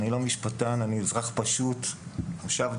אני לא משפטן; אני אזרח פשוט; מושבניק.